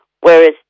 Whereas